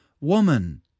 Woman